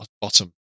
bottom